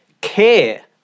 Care